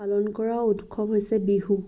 পালন কৰা উৎসৱ হৈছে বিহু